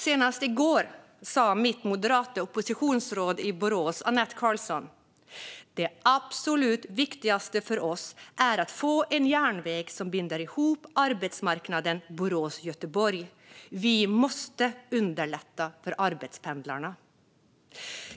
Senast i går sa mitt moderata oppositionsråd i Borås, Anette Carlsson: Det absolut viktigaste för oss är att få en järnväg som binder ihop arbetsmarknaden Borås-Göteborg. Vi måste underlätta för arbetspendlarna.